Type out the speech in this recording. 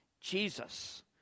Jesus